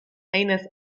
eines